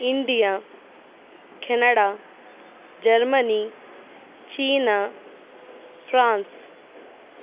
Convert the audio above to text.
India Canada Germany China France